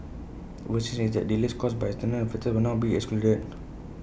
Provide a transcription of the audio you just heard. what change is that delays caused by external factors will now be excluded